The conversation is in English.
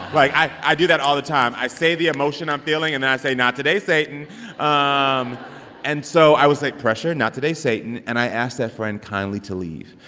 like i i do that all the time. i say the emotion i'm feeling, and then i say not today, satan um and so i was like, pressure not today, satan. and i asked that friend kindly to leave.